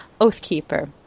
Oathkeeper